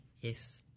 Yes